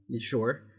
Sure